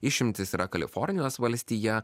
išimtis yra kalifornijos valstija